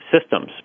systems